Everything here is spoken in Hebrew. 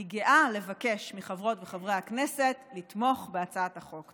אני גאה לבקש מחברות וחברי הכנסת לתמוך בהצעת החוק.